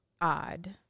odd